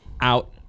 out